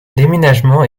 déménagement